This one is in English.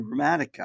rheumatica